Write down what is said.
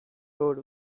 road